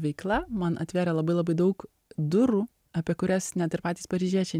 veikla man atvėrė labai labai daug durų apie kurias net ir patys paryžiečiai